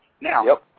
Now